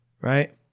right